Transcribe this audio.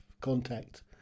contact